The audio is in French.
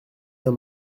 d’un